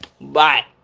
bye